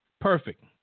perfect